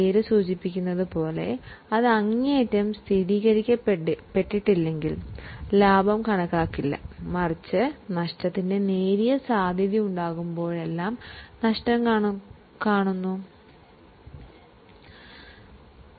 പേര് സൂചിപ്പിക്കുന്നത് പോലെ ഉറപ്പായും സ്ഥിരീകരിക്കപ്പെട്ടില്ലെങ്കിൽ ലാഭം രേഖപ്പടുത്തുകയില്ല മറിച്ച് നഷ്ടത്തിന് നേരിയ സാധ്യതയുണ്ടാകുമ്പോഴെല്ലാം നഷ്ടം രേഖപ്പെടുത്തേണ്ടതാണ്